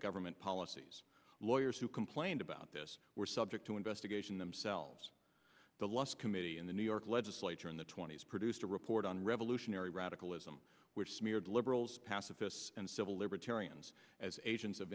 government policies lawyer who complained about this were subject to investigation themselves the last committee in the new york legislature in the twenty's produced a report on revolutionary radicalism which smeared liberals pacifists and civil libertarians as agents of